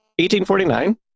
1849